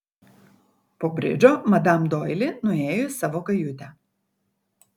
po bridžo madam doili nuėjo į savo kajutę